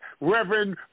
Reverend